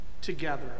together